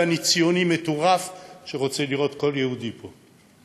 ואני ציוני מטורף שרוצה לראות כל יהודי פה,